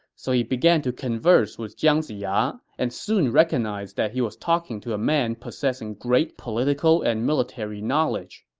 so he began to converse with jiang ziya and soon recognized that he was talking to a man possessing great political and military knowledge.